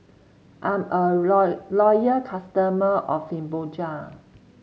I'm a loyal customer of Fibogel